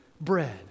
bread